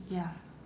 ya